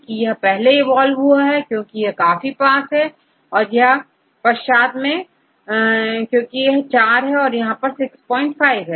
की यह पहले इवॉल्व हुआ हैक्योंकि यह काफी पास है इसके पश्चात यह 4 और यहां 6 5 AC सेD तक है